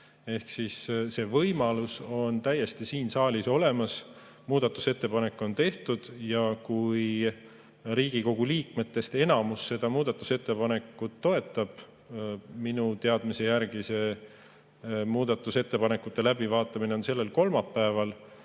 Ehk see võimalus on siin saalis täiesti olemas. Muudatusettepanek on tehtud ja kui Riigikogu liikmetest enamik seda muudatusettepanekut toetab – minu teadmise järgi on muudatusettepanekute läbivaatamine sellel kolmapäeval